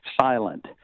silent